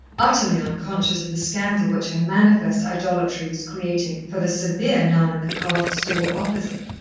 utterly unconscious of the scandal which her manifest idolatry was creating for the severe nun in the carved stall opposite.